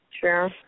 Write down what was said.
Sure